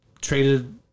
traded